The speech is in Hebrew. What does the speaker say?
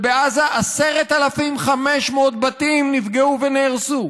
בעזה 10,500 בתים נפגעו ונהרסו,